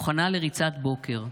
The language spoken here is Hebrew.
מוכנה לריצת בוקר.